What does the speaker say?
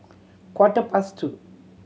quarter past two